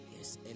Yes